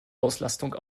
auslastung